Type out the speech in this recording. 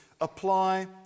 apply